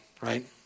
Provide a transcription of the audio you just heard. right